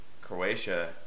Croatia